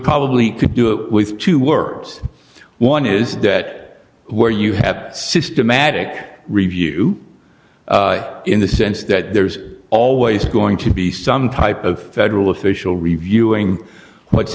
probably could do it with two words one is debt where you have a systematic review in the sense that there's always going to be some type of federal official reviewing what's